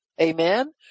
amen